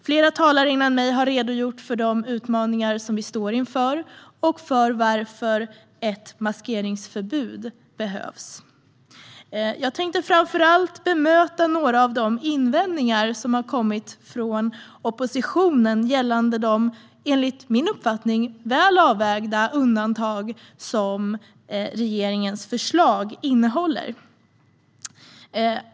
Flera talare före mig har redogjort för de utmaningar som vi står inför och för varför ett maskeringsförbud behövs. Jag tänkte framför allt bemöta några av de invändningar som har kommit från oppositionen gällande de enligt min uppfattning väl avvägda undantag som regeringens förslag innehåller.